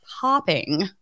popping